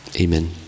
Amen